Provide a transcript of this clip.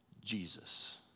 Jesus